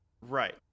Right